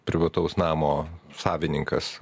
privataus namo savininkas